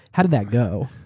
how did that go?